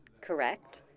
Correct